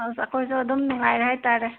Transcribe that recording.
ꯑꯁ ꯑꯩꯈꯣꯏꯁꯨ ꯑꯗꯨꯝ ꯅꯨꯡꯉꯥꯏꯔꯤ ꯍꯥꯏꯇꯥꯔꯦ